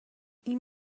این